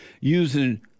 using